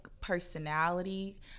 personality